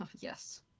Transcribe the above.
yes